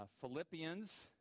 Philippians